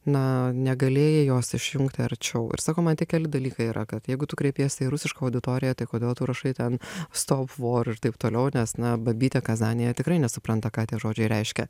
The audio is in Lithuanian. na negalėjai jos išjungti arčiau ir sakau man tik keli dalykai yra kad jeigu tu kreipiesi į rusišką auditoriją tai kodėl tu rašai ten stop vor ir taip toliau nes na babytė kazanėje tikrai nesupranta ką tie žodžiai reiškia